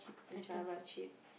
the Java chip